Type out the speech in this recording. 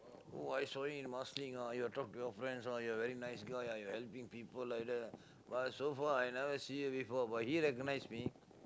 oh I saw you in Marsiling you talk to your friends ah you are a very nice guy ah you helping people like that but so far I never see you before but he recognise me